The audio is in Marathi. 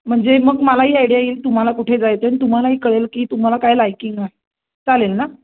म्हणजे मग मलाही आयडिया येईल तुम्हाला कुठे जायचं आहे तुम्हालाही कळेल की तुम्हाला काय लायकिंग आहे चालेल ना